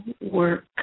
work